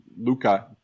Luca